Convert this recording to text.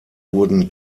wurden